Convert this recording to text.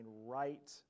right